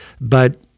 but-